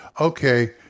okay